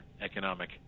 economic